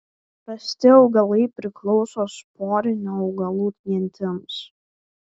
rasti augalai priklauso sporinių augalų gentims